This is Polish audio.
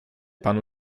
panu